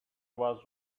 was